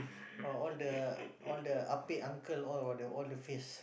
all all the all the Ah Pek uncle all the all the face